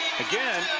again,